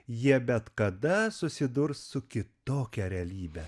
jie bet kada susidurs su kitokia realybe